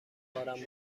بارم